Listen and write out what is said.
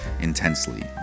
intensely